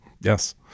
Yes